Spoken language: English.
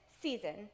season